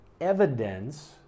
evidence